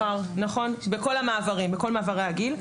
בכל מעברי הגיל.